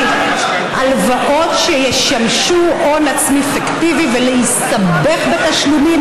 הלוואות שישמשו הון עצמי פיקטיבי ולהסתבך בתשלומים,